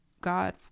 God